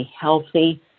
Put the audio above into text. healthy